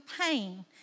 pain